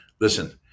Listen